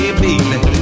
baby